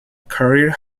career